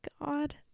God